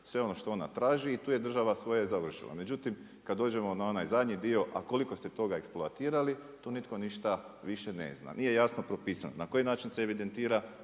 sve ono što ona traži i tu je država svoje završila. Međutim, kada dođemo na onaj zadnji dio, a koliko ste toga eksploatirali, tu nitko ništa više ne zna. Nije jasno propisano na koji način se evidentira